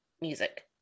music